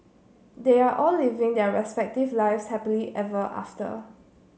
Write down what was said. they are all living their respective lives happily ever after